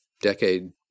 decade